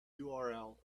url